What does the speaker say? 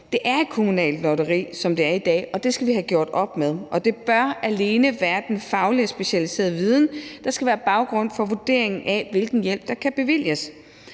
Det er et kommunalt lotteri, som det er i dag, og det skal vi have gjort op med, og det bør alene være den faglige og specialiserede viden, der skal være baggrund for vurderingen af, hvilken hjælp der kan bevilges.